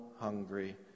hungry